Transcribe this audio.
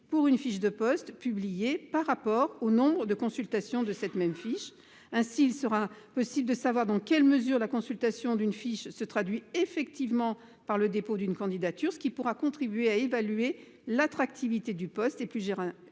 pour une fiche de poste publiée par rapport au nombre de consultations de cette même fiche. Ainsi, il sera possible de savoir dans quelle mesure la consultation d’une fiche se traduit effectivement par le dépôt d’une candidature, ce qui contribuera à évaluer l’attractivité du poste et, plus